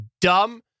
dumb